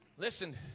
Listen